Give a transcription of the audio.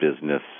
business